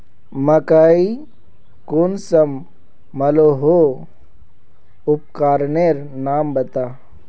मकई कुंसम मलोहो उपकरनेर नाम बता?